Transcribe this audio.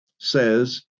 Says